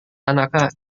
tanaka